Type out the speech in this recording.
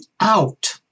out